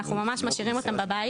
אנחנו ממש משאירים אותם בבית,